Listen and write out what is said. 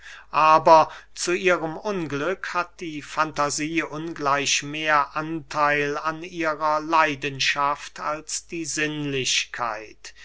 aber zu ihrem unglück hat die fantasie ungleich mehr antheil an ihrer leidenschaft als die sinnlichkeit